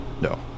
no